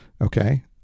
Okay